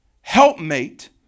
helpmate